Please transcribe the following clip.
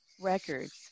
records